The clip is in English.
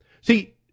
See